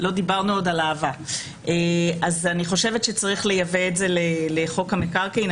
אני חושבת שצריך לייבא את זה לחוק המקרקעין,